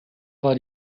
war